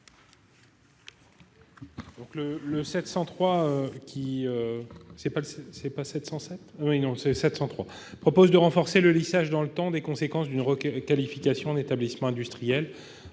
amendement vise à renforcer le lissage dans le temps des conséquences d'une requalification en établissement industriel.